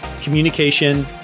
communication